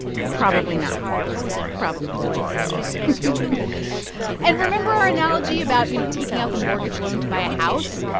probably not probably not no deadbeats and remember our analogy about, you know, taking out the mortgage loan to buy a house?